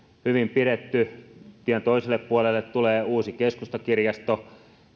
hyvin pidetty tien toiselle puolelle tulee uusi keskustakirjasto